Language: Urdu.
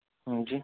ہوں جی